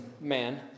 man